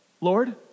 Lord